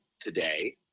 today